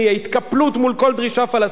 חוסר העמידה מול הפלסטינים,